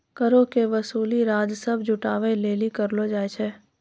करो के वसूली राजस्व जुटाबै लेली करलो जाय छै